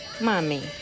mommy